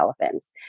elephants